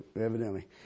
evidently